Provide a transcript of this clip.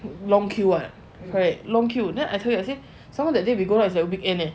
long queue [one] correct long queue then I told you say some more that day we go out is a weekend leh